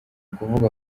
ukuvuga